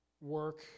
work